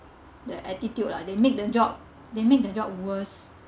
their attitude lah they make the job they make the job worse